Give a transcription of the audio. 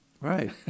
Right